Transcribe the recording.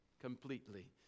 Completely